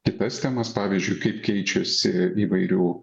kitas temas pavyzdžiui kaip keičiasi įvairių